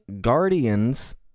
Guardians